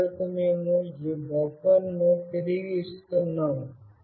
చివరకు మేము ఈ బఫర్ను తిరిగి ఇస్తున్నాము